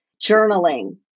Journaling